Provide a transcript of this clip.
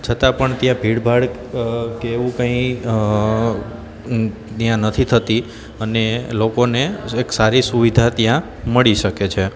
છતાં પણ ત્યાં ભીડભાડ કે એવું કંઈ ત્યાં નથી થતી અને લોકોને એક સારી સુવિધા ત્યાં મળી શકે છે